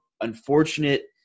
unfortunate